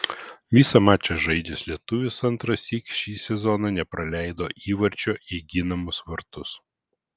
visą mačą žaidęs lietuvis antrąsyk šį sezoną nepraleido įvarčio į ginamus vartus